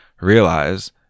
realize